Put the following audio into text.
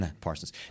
Parsons